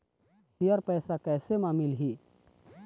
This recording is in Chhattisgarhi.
शेयर पैसा कैसे म मिलही?